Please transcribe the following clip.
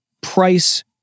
price